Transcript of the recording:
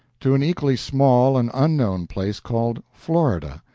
to an equally small and unknown place called florida,